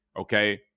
Okay